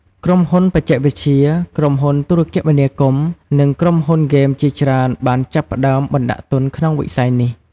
ក្រុមហ៊ុនបច្ចេកវិទ្យា ក្រុមហ៊ុនទូរគមនាគមន៍ និងក្រុមហ៊ុនហ្គេមជាច្រើនបានចាប់ផ្ដើមបណ្ដាក់ទុនក្នុងវិស័យនេះ។